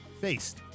faced